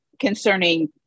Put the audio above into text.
Concerning